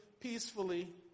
Peacefully